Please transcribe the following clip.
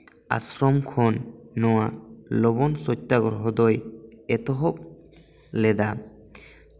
ᱟᱥᱨᱚᱢ ᱠᱷᱚᱱ ᱱᱚᱣᱟ ᱞᱚᱵᱚᱱ ᱥᱚᱛᱛᱟᱜᱨᱚᱦᱚ ᱫᱚᱭ ᱮᱛᱚᱦᱚᱵ ᱞᱮᱫᱟ